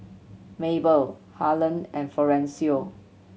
Mabel Harland and Florencio